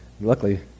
luckily